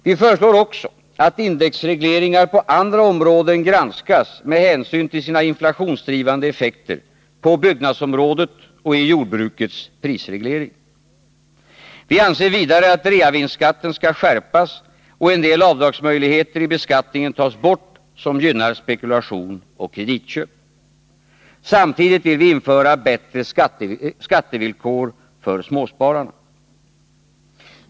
Vi föreslår också att indexregleringar på andra områden granskas med hänsyn till sina inflationsdrivande effekter, på byggnadsområdet och i jordbrukets prisreglering. Vi anser vidare att reavinstskatten skall skärpas och en del avdragsmöjligheter i beskattningen tas bort, som gynnar spekulation och kreditköp. Samtidigt vill vi införa bättre skattevillkor för småspararna.